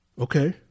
Okay